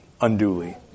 unduly